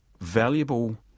valuable